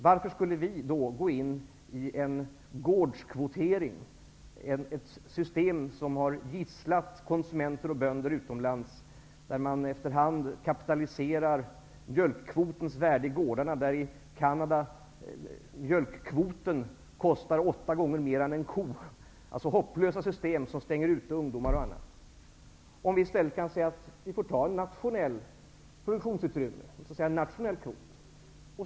Varför skulle vi då gå in i en gårdskvotering? Det är ett system som har gisslat konsumenter och bönder utomlands, där man efter hand kapitaliserar mjölkkvotens värde i gårdarna. I Canada kostar mjölkkvoten åtta gånger mer än en ko. Detta är hopplösa system, som stänger ute ungdomar och andra. Vi kan i stället säga att vi får ta ett nationellt produktionsutrymme, dvs. en nationell kvot.